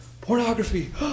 Pornography